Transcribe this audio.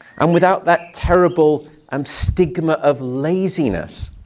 and without that terrible um stigma of laziness.